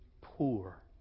poor